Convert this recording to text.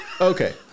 Okay